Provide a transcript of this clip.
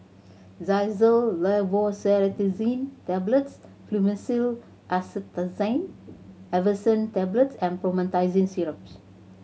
Xyzal Levocetirizine Tablets Fluimucil Acetylcysteine Effervescent Tablets and Promethazine Syrups